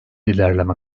ilerleme